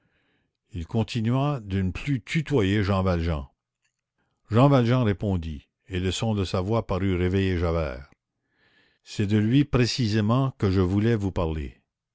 il continuait de ne plus tutoyer jean valjean jean valjean répondit et le son de sa voix parut réveiller javert c'est de lui précisément que je voulais vous parler